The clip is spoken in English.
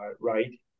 right